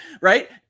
Right